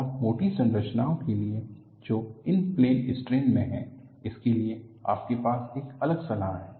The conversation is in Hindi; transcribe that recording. और मोटी संरचनाओं के लिए जो इन प्लेन स्ट्रेन में हैं इसके लिए आपके पास एक अलग सलाह है